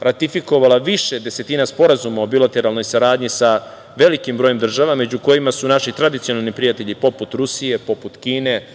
ratifikovala više desetina sporazuma o bilateralnoj saradnji sa velikim brojem država, među kojima su naši tradicionalni prijatelji, poput Rusije, poput Kine,